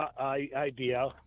idea